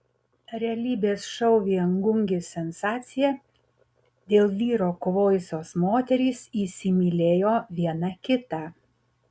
realybės šou viengungis sensacija dėl vyro kovojusios moterys įsimylėjo viena kitą